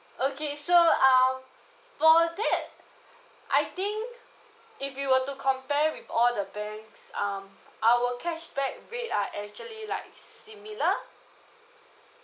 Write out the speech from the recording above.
okay so um for that I think if you were to compare with all the banks um our cashback rate are actually like similar